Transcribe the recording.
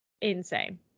insane